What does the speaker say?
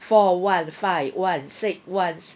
four one five one six one